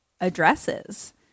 addresses